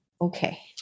Okay